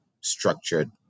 structured